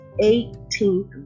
18th